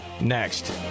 Next